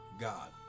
God